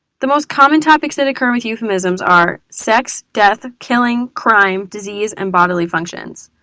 the most common topics that occur with euphemisms are sex, death, killing, crime, disease, and bodily functions.